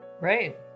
right